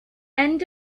end